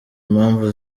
mpamvu